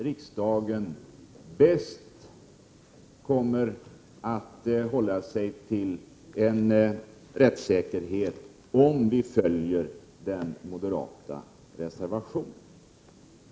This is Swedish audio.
Riksdagen kommer att bäst tillgodose rättssäkerhetens krav om vi bifaller den moderata reservationen.